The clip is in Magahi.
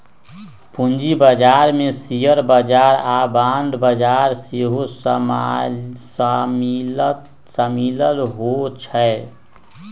पूजी बजार में शेयर बजार आऽ बांड बजार सेहो सामिल होइ छै